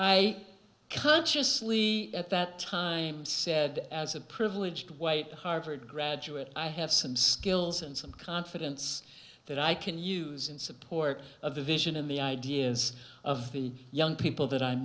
i consciously at that time said as a privileged wait harvard graduate i have some skills and some confidence that i can use in support of the vision and the ideas of the young people that i'm